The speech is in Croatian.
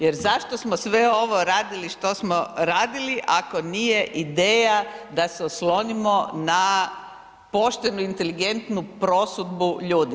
Jer zašto smo sve ovo radili što smo radili ako nije ideja da se oslonimo na poštenu inteligentnu prosudbu ljudi.